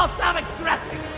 balsamic dressing